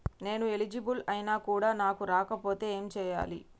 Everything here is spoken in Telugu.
నేను ఎలిజిబుల్ ఐనా కూడా నాకు రాకపోతే ఏం చేయాలి?